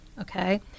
Okay